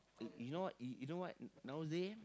you know what you know what nowadays